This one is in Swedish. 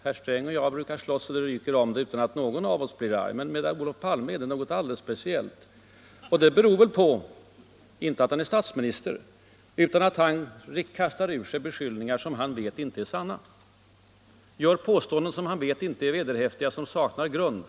Herr Sträng och jag brukar slåss så att det ryker om det utan att någon av oss blir arg. Men med Olof Palme är det något alldeles speciellt. Men det beror inte på att han är statsminister eller på honom själv som person, utan på att han kastar ur sig beskyllningar som han vet inte är sanna, gör påståenden som han vet inte är vederhäftiga, som saknar grund.